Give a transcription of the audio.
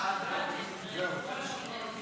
ההצעה להעביר את